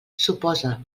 suposa